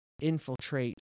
infiltrate